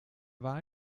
war